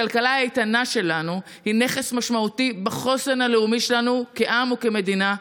הכלכלה האיתנה שלנו היא נכס משמעותי בחוסן הלאומי שלנו כעם וכמדינה.